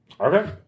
Okay